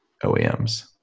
OEMs